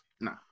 No